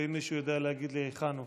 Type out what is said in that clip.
האם מישהו יודע להגיד לי היכן הוא?